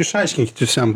išaiškinkit jūs jam